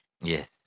Yes